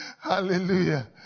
Hallelujah